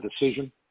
decision